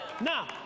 Now